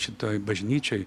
šitoj bažnyčioj